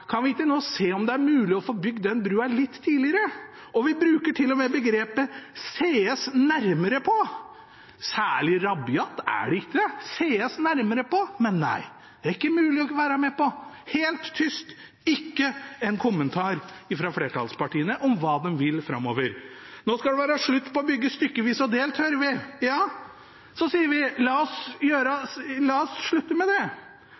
om det ikke er mulig å få bygd den brua litt tidligere. Vi bruker til og med begrepet «ses nærmere på». Det er ikke særlig rabiat – «ses nærmere på» – men nei, det er det ikke mulig å være med på. Det er helt tyst, det kommer ikke én kommentar fra flertallspartiene om hva de vil framover. Nå skal det være slutt på å bygge stykkevis og delt, hører vi. Ja, la oss slutte med det, sier vi.